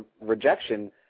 rejection